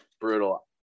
brutal